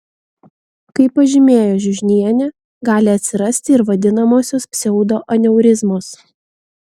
kaip pažymėjo žiužnienė gali atsirasti ir vadinamosios pseudoaneurizmos